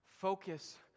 Focus